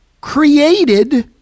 created